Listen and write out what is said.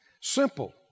Simple